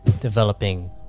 developing